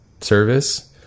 service